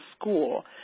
school